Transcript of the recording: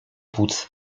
płuc